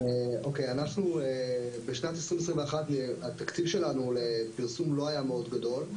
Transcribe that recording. אנחנו בשנת 2021 התקציב שלנו לפרסום לא היה מאוד גדול,